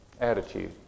attitude